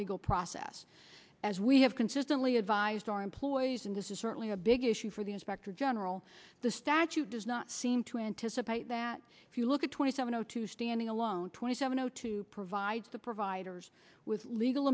legal process as we have consistently advised our employees and this is certainly a big issue for the inspector general the statute does not seem to anticipate that if you look at twenty seven o two standing alone twenty seven o two provides the providers with legal